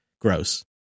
gross